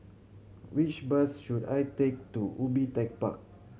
which bus should I take to Ubi Tech Park